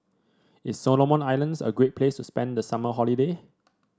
is Solomon Islands a great place to spend the summer holiday